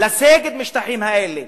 לסגת מהשטחים האלה